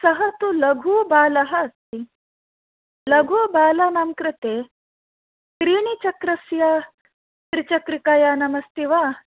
सः तु लघुबालः अस्ति लघुबालानां कृते त्रीणि चक्रस्य त्रिचक्रकयानमस्ति वा